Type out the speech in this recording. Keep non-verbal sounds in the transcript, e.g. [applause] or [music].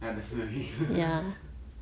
ya definitely [laughs]